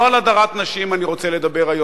לא על הדרת נשים אני רוצה לדבר היום.